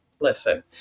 Listen